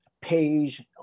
page